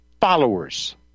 followers